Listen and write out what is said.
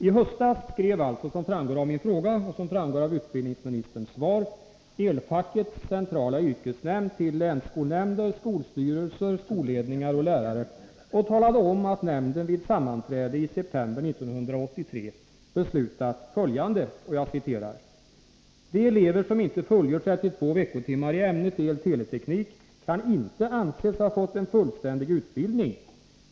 I höstas skrev, som framgår av min fråga och av utbildningsministerns svar, Elfackets centrala yrkesnämnd till länsskolnämnder, skolstyrelser, skolledningar och lärare och talade om att nämnden vid sammanträde i september 1983 beslutat följande: ”De elever som inte fullgör 32 veckotimmar i el/teleteknik kan inte anses ha fått en fullständig utbildning.